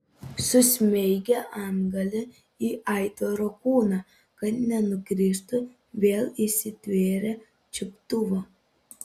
susmeigė antgalį į aitvaro kūną kad nenukristų vėl įsitvėrė čiuptuvo